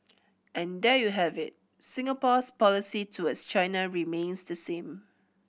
and there you have it Singapore's policy towards China remains the same